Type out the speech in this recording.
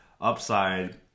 upside